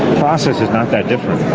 process is not that different.